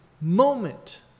moment